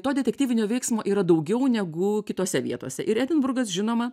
to detektyvinio veiksmo yra daugiau negu kitose vietose ir edinburgas žinoma